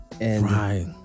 Right